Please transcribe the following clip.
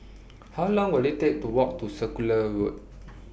How Long Will IT Take to Walk to Circular Road